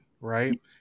right